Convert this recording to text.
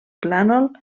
plànol